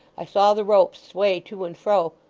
i saw the ropes sway to and fro.